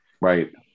Right